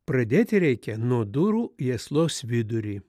pradėti reikia nuo durų į aslos vidurį